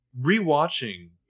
Rewatching